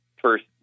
first